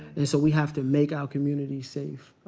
and so we have to make our communities safe.